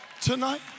tonight